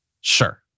Sure